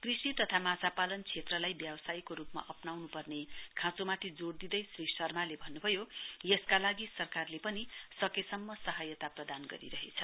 कृषि तथा माछापालन क्षेत्रलाई व्यावसायको रूपमा अप्राउनुपर्ने खाँचोमाथि जोड़ दिँदै श्री शर्माले भन्नुभयो यसका लागि सरकारले पनि सकेसम्म सहायता प्रदान गर्नेछ